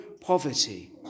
poverty